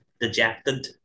dejected